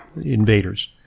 invaders